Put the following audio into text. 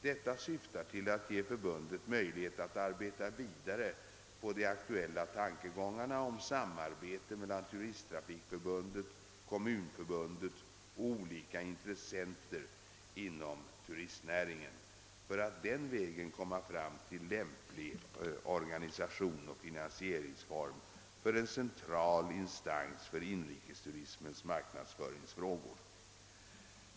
Detta syftar till att ge förbundet möjlighet att arbeta vidare på de aktuella tan kegångarna om samarbete mellan Turisttrafikförbundet, Kommunförbundet och olika intressenter inom turistnäringen för att den vägen komma fram till lämplig organisation och finansieringsform för en central instans för inrikesturismens marknadsföringsfrågor.